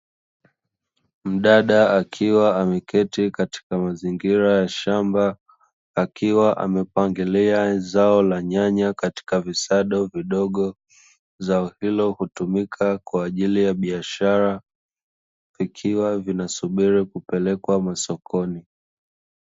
Mdada akiwa ameketi katika mazingira ya shamba, akiwa amepangilia zao la nyanya katika visado vidogo. Zao hilo hutumika kwa ajili ya biashara, zikiwa zinasubiri kupelekwa masokoni.